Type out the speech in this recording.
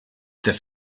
der